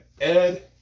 Ed